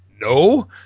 no